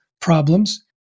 problems